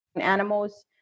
animals